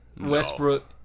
Westbrook